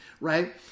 right